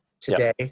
today